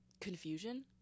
confusion